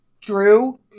Drew